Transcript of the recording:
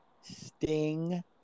Sting